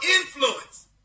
influence